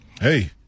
Hey